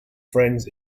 friends